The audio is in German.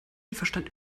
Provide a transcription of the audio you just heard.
verstand